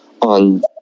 on